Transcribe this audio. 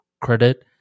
credit